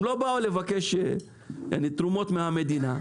הם לא באו לבקש תרומות מן המדינה.